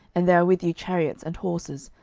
and there are with you chariots and horses,